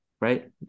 right